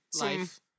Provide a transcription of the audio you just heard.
Life